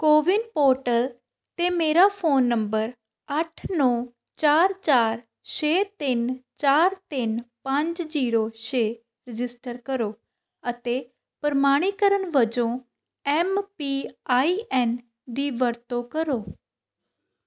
CoWIN portal 'ਤੇ ਮੇਰਾ phone number ਅੱਠ ਨੌਂ ਚਾਰ ਚਾਰ ਛੇ ਤਿੰਨ ਚਾਰ ਤਿੰਨ ਪੰਜ ਜੀਰੋ ਛੇ ਰਜਿਸਟਰ ਕਰੋ ਅਤੇ ਪ੍ਰਮਾਣੀਕਰਨ ਵਜੋਂ ਐੱਮ ਪੀ ਆਈ ਐੱਨ ਦੀ ਵਰਤੋਂ ਕਰੋ